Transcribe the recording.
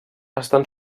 estan